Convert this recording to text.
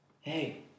Hey